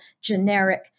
generic